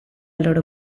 loro